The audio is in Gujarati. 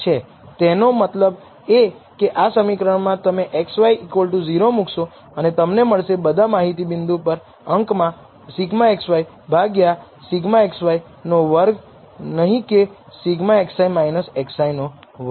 તેનો મતલબ કે આ સમીકરણમાં તમે xy0 મૂકશો અને તમને મળશે બધા માહિતી બિંદુ પર અંકમાં σxy ભાગ્યા σxi નો વર્ગ નહીં કે σxi x નો વર્ગ